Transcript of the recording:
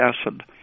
acid